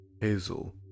Hazel